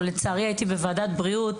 לצערי הייתי בוועדת בריאות,